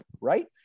Right